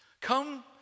Come